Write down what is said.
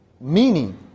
Meaning